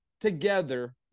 together